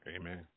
Amen